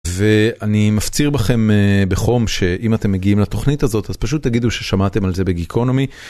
ואני מפציר בכם בחום שאם אתם מגיעים לתוכנית הזאת אז פשוט תגידו ששמעתם על זה בגיקונומי.